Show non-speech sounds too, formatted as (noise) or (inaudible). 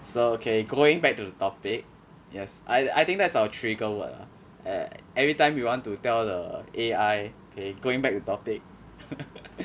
so okay going back to the topic yes I I think that's our trigger word everytime you want to tell the A_I okay going back to topic (laughs)